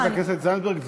חברת הכנסת זנדברג,